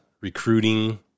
recruiting